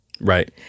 Right